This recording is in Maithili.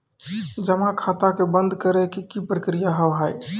जमा खाता के बंद करे के की प्रक्रिया हाव हाय?